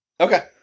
Okay